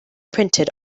printed